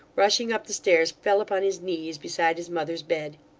rushing up the stairs, fell upon his knees beside his mother's bed.